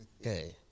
okay